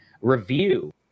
review